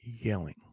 yelling